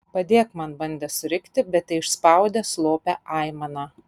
padėk man bandė surikti bet teišspaudė slopią aimaną